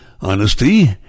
Honesty